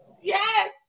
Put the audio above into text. yes